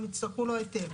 הם יצטרכו לו היתר,